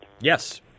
Yes